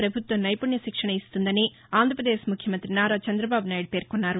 ప్రవభుత్వం నైవుణ్య శిక్షణ ఇస్తుందని ఆంధ్రప్రదేశ్ ముఖ్యమంతి నారా చంద్రదబాబునాయుడు పేర్కొన్నారు